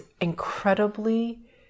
incredibly